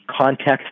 context